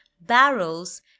barrels